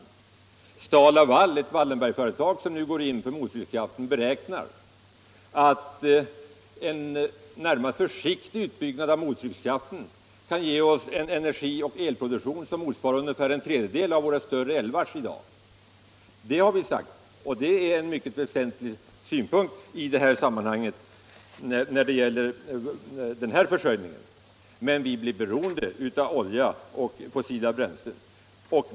I STAL-LA VAL, ett Wallenbergsföretag som nu går in för mottryckskraft, beräknar man att en närmast försiktig utbyggnad av mottryckskraften kan ge oss en energioch elproduktion som motsvarar ungefär en tredjedel av produktionen i våra större älvar i dag. Det har centern påvisat, och det är en mycket väsentlig synpunkt i sammanhanget. Men vi blir beroende av olja och fossila bränslen.